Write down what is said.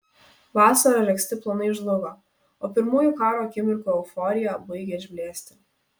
vasarą regzti planai žlugo o pirmųjų karo akimirkų euforija baigė išblėsti